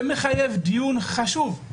שמחייב דיון חשוב.